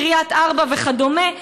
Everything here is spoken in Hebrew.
קריית ארבע וכדומה.